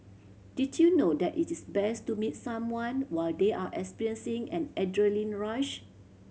did you know that it is best to meet someone while they are experiencing an adrenaline rush